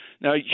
Now